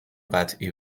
قطعی